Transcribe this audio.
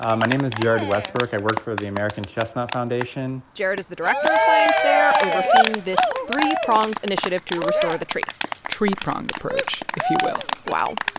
um name is jared westbrook. i work for the american chestnut foundation jared is the director of science there, overseeing this three-pronged initiative to restore the tree tree-pronged approach, if you will wow.